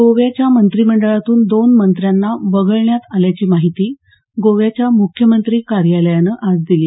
गोव्याच्या मंत्रिमंडळातून दोन मंत्र्यांना वगळण्यात आल्याची माहिती गोव्याच्या मुख्यमंत्री कार्यालयानं आज दिली